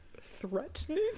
threatening